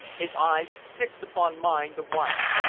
his eyes fixed upon mine the while.